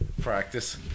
Practice